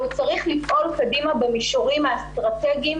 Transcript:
הוא צריך לפעול קדימה במישורים האסטרטגיים